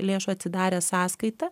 lėšų atsidarę sąskaitą